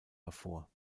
hervor